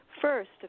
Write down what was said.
first